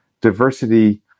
Diversity